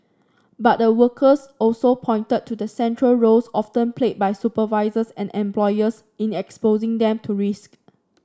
but the workers also pointed to the central roles often played by supervisors and employers in exposing them to risk